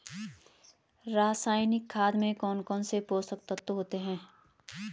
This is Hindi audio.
रासायनिक खाद में कौन कौन से पोषक तत्व होते हैं?